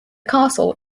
castle